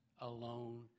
alone